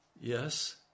Yes